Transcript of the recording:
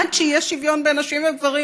עד שיהיה שוויון בין נשים וגברים,